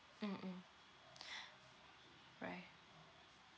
mm mm right